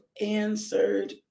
answered